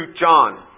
John